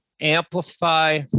amplify